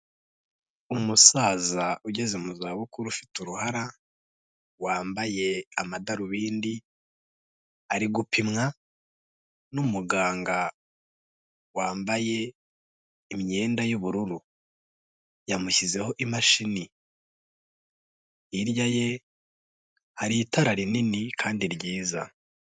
Umusaza ugeze mu za bukuru ufite uruhara, wambaye amadarubindi, ari gupimwa n'umuganga wambaye imyenda y'ubururu. Yamushyizeho imashini. Hirya ye hari itara rinini kandi ryiza.